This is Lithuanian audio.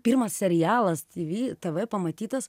pirmas serialas ty vy tv pamatytas